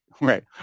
Right